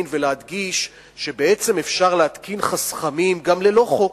ולהדגיש שבעצם אפשר להתקין חסכמים גם ללא חוק.